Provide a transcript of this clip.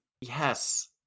Yes